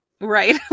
Right